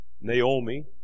Naomi